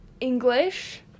English